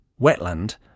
wetland